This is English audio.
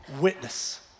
witness